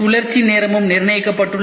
சுழற்சி நேரமும் நிர்ணயிக்கப்பட்டுள்ளது